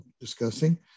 discussing